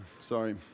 Sorry